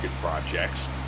projects